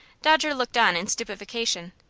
dodger looked on in stupefaction.